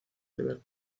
river